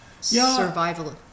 survival